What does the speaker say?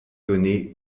donné